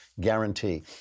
guarantee